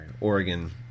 Oregon